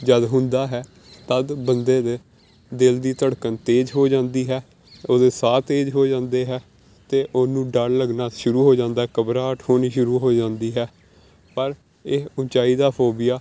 ਜਦ ਹੁੰਦਾ ਹੈ ਤਦ ਬੰਦੇ ਦੇ ਦਿਲ ਦੀ ਧੜਕਣ ਤੇਜ਼ ਹੋ ਜਾਂਦੀ ਹੈ ਉਹਦੇ ਸਾਹ ਤੇਜ਼ ਹੋ ਜਾਂਦੇ ਹੈ ਅਤੇ ਉਹਨੂੰ ਡਰ ਲੱਗਣਾ ਸ਼ੁਰੂ ਹੋ ਜਾਂਦਾ ਘਬਰਾਹਟ ਹੋਣੀ ਸ਼ੁਰੂ ਹੋ ਜਾਂਦੀ ਹੈ ਪਰ ਇਹ ਉੱਚਾਈ ਦਾ ਫੋਬੀਆ